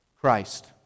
Christ